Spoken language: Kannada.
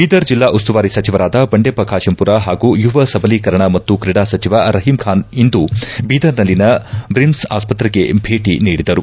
ಬೀದರ್ ಜಿಲ್ಲಾ ಉಸ್ತುವಾರಿ ಸಚಿವರಾದ ಬಂಡೆಪ್ಪ ಖಾತೆಂಪುರ ಹಾಗೂ ಯುವ ಸಬಲೀಕರಣ ಮತ್ತು ಕ್ರೀಡಾ ಸಚಿವ ರಹೀಂ ಖಾನ್ ಇಂದು ಬೀದರ್ನಲ್ಲಿನ ಬ್ರಿಮ್ಸ್ ಆಸ್ಪತ್ರೆಗೆ ಭೇಟಿ ನೀಡಿದರು